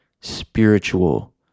spiritual